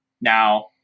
Now